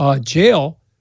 jail